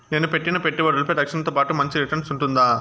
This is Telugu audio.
నేను పెట్టిన పెట్టుబడులపై రక్షణతో పాటు మంచి రిటర్న్స్ ఉంటుందా?